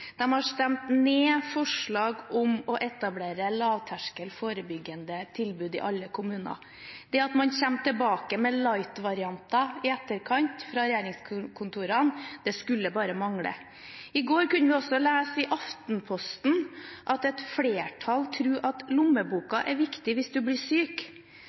har stemt ned forslag om å etablere lavterskel forebyggende tilbud i alle kommuner. Det at man kommer tilbake med «light»-varianter i etterkant fra regjeringskontorene, skulle bare mangle. I går kunne vi også lese i Aftenposten at et flertall tror at lommeboken er viktig hvis man blir syk.